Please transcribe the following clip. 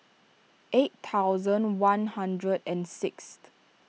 eight thousand one hundred and sixth